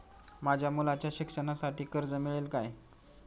माझ्या मुलाच्या शिक्षणासाठी कर्ज मिळेल काय?